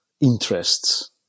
interests